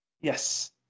Yes